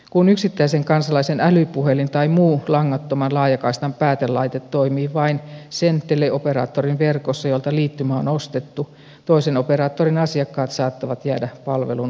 kun yksittäisen kansalaisen älypuhelin tai muu langattoman laajakaistan päätelaite toimii vain sen teleoperaattorin verkossa jolta liittymä on ostettu toisen operaattorin asiakkaat saattavat jäädä palvelun ulkopuolelle